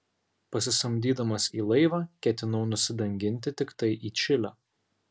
pasisamdydamas į laivą ketinau nusidanginti tiktai į čilę